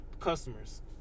customers